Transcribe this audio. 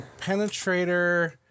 Penetrator